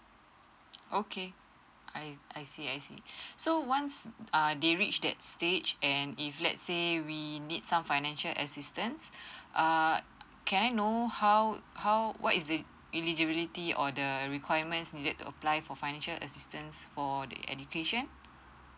okay I I see I see so once err they reached that stage and if let's say we need some financial assistance err can I know how how what is the eligibility or the requirements needed to apply for financial assistance for the education